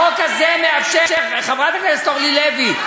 החוק הזה מאפשר, חברת הכנסת אורלי לוי,